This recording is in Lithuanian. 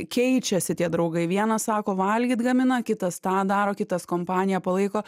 keičiasi tie draugai vienas sako valgyt gamina kitas tą daro kitas kompaniją palaiko